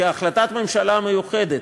כהחלטת ממשלה מיוחדת,